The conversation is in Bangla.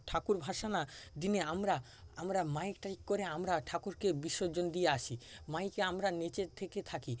ঠাকুর ভাসানের দিনে আমরা আমরা মাইক টাইক করে আমরা ঠাকুরকে বিসর্জন দিয়ে আসি মাইকে আমরা নেচে থেকে থাকি